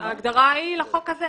ההגדרה היא לחוק הזה.